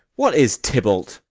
what is tybalt?